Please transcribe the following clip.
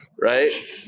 right